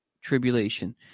tribulation